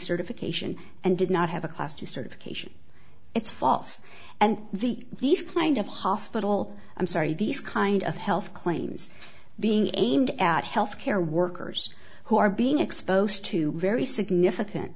certification and did not have a class two certification it's false and the these kind of hospital i'm sorry these kind of health claims being aimed at health care workers who are being exposed to very significant